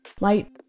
Light